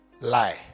Lie